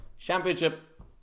Championship